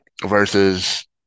versus